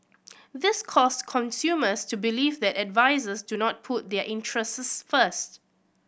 this caused consumers to believe that advisers do not put their interests first